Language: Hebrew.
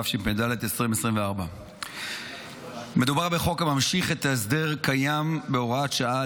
התשפ"ד 2024. מדובר בחוק הממשיך את ההסדר הקיים בהוראת שעה,